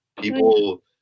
people